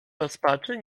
rozpaczy